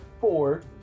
four